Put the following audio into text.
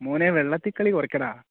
മോനെ വെള്ളത്തിൽ കളി കുറയ്ക്കെടാ